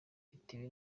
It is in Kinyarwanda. bitewe